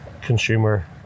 consumer